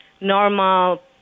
normal